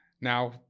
now –